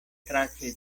tracce